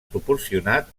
proporcionar